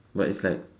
but it's like